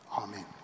Amen